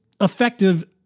effective